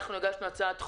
אנחנו הגשנו הצעת חוק,